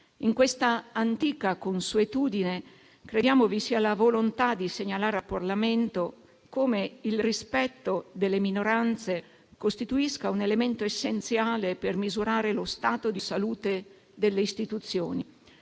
In questa antica consuetudine, crediamo vi sia la volontà di segnalare al Parlamento come il rispetto delle minoranze costituisca un elemento essenziale per misurare lo stato di salute delle istituzioni.